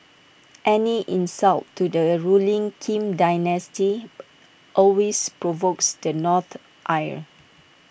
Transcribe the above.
any insult to the ruling Kim dynasty always provokes the North's ire